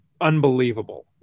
unbelievable